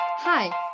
Hi